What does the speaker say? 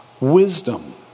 wisdom